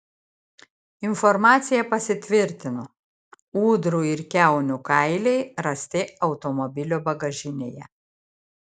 informacija pasitvirtino ūdrų ir kiaunių kailiai rasti automobilio bagažinėje